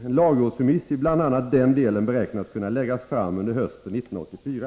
En lagrådsremiss i bl.a. den delen beräknas kunna läggas fram under hösten 1984.